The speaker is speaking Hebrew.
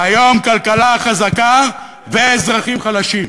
והיום, כלכלה חזקה ואזרחים חלשים.